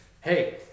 hey